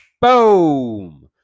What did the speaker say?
Boom